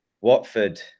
Watford